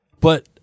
But-